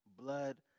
blood